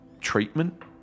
treatment